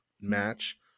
match